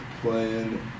playing